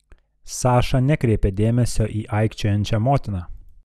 saša nekreipė dėmesio į aikčiojančią motiną